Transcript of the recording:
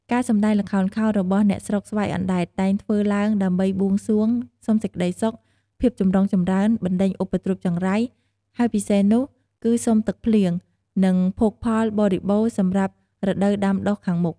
ការសម្ដែងល្ខោនខោលរបស់អ្នកស្រុកស្វាយអណ្ដែតតែងធ្វើឡើងដើម្បីបួងសួងសុំសេចក្ដីសុខ, ភាពចម្រុងចម្រើន, បណ្ដេញឧបទ្រពចង្រៃ ហើយពិសេសនោះគឺសុំទឹកភ្លៀង និងភោគផលបរិបូណ៌សម្រាប់រដូវដាំដុះខាងមុខ។